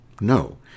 no